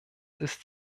ist